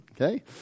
Okay